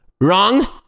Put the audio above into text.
Wrong